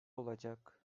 olacak